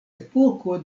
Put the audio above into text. epoko